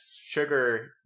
sugar